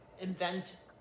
invent